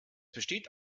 besteht